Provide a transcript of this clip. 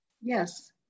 Yes